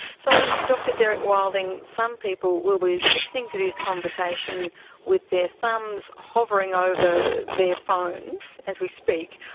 so, dr derek wilding, some people will be listening to this conversation with their thumbs hovering over their phones as we speak.